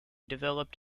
developed